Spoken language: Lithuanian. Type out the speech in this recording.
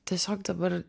tiesiog dabar